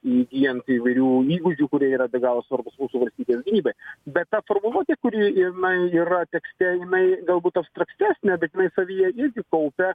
įgyjant įvairių įgūdžių kurie yra be galo svarbūs mūsų valstybės gynybai bet ta formuluotė kuri jinai yra tekste jinai galbūt abstraktesnė bet jinai savyje irgi kaupia